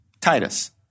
Titus